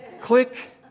click